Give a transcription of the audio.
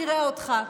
נראה אותך.